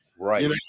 Right